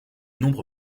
nombre